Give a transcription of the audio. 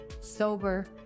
sober